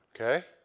Okay